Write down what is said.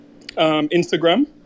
Instagram